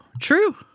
True